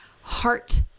heart